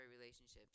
relationships